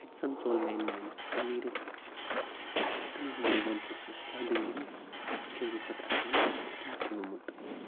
اتہِ زَن ژوٚل میانہِ نانہِ اَسُن نیٖرِتھ تہٕ مِیٲنۍ بٕڈۍبَبَن پرُژھُس کیاہ دٔلیٖل ژٕ کیازِ چھَکھ اَسان کیا چھُ گومُت